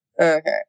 Okay